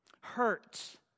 hurt